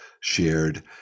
shared